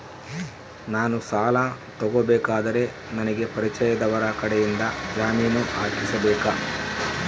ನಾನು ಸಾಲ ತಗೋಬೇಕಾದರೆ ನನಗ ಪರಿಚಯದವರ ಕಡೆಯಿಂದ ಜಾಮೇನು ಹಾಕಿಸಬೇಕಾ?